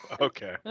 okay